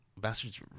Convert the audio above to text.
bastard's